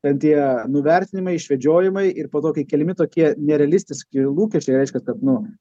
ten tie nuvertinimai išvedžiojimai ir po to kai keliami tokie nerealistiški lūkesčiai reiškias kad nu